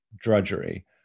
drudgery